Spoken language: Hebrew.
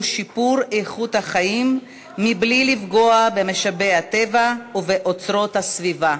שיפור איכות החיים מבלי לפגוע במשאבי הטבע ובאוצרות הסביבה.